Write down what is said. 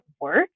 work